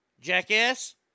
jackass